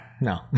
No